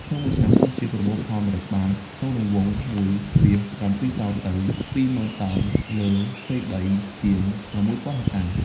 ក្នុងមួយឆ្នាំកម្ពុជាប្រមូលផលម្រេចបានក្នុងរង្វង់ ១,៧ តោន ទៅ ២ ម៉ឺនតោនលើផ្ទៃដីជាង ៦ ពាន់ហិកតា។